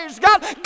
God